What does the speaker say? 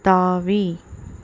தாவி